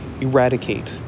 eradicate